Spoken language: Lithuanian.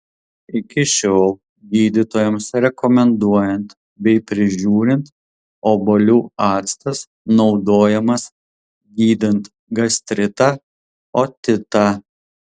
iki šiol gydytojams rekomenduojant bei prižiūrint obuolių actas naudojamas gydant gastritą otitą